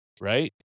right